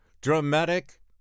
Dramatic